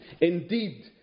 Indeed